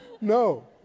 no